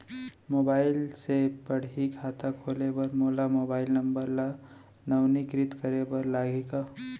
Mobile से पड़ही खाता खोले बर मोला मोबाइल नंबर ल नवीनीकृत करे बर लागही का?